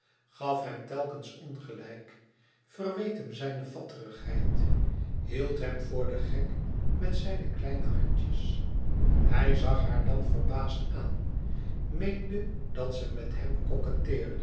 gaf hem telkens ongelijk verweet hem zijne fatterigheid hield hem voor den gek met zijne kleine handjes hij zag haar dan verbaasd aan meende dat ze met hem